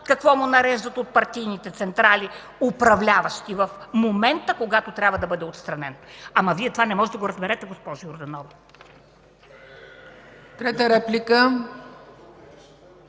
какво му нареждат от партийните централи, управляващи в момента, когато трябва да бъде отстранен?! Ама Вие това не можете да го разберете, госпожо Йорданова. ПРЕДСЕДАТЕЛ